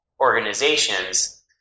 organizations